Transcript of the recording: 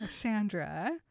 Chandra